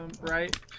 right